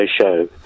show